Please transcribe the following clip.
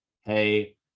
Hey